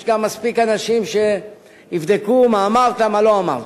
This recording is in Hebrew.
יש כאן מספיק אנשים שיבדקו מה אמרת, מה לא אמרת,